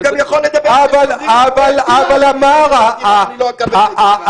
הוא גם יכול לדבר הרבה דברים --- ואני לא אקבל את זה גם.